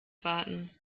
warten